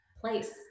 place